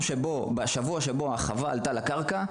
בשבוע בו החווה עלתה לקרקע,